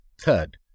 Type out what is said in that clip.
Third